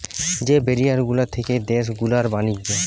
যে ব্যারিয়ার গুলা থাকে দেশ গুলার ব্যাণিজ্য